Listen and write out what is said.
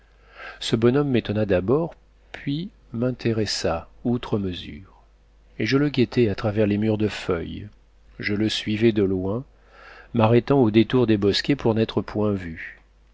ce bonhomme m'étonna d'abord puis m'intéressa outre mesure et je le guettais à travers les murs de feuilles je le suivais de loin m'arrêtant au détour des bosquets pour n'être point vu